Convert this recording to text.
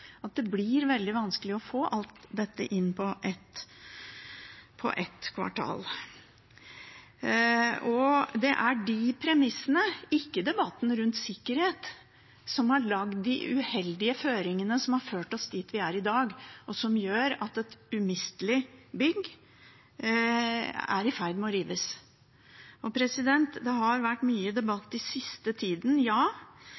Det blir veldig vanskelig å få alt dette inn på ett kvartal. Det er de premissene – ikke debatten om sikkerhet – som har lagd de uheldige føringene som har ført oss dit vi er i dag, og som gjør at et umistelig bygg er i ferd med å rives. Det har vært mye debatt den siste tida, ja,